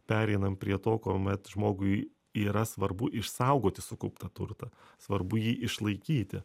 pereinam prie to kuomet žmogui yra svarbu išsaugoti sukauptą turtą svarbu jį išlaikyti